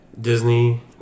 Disney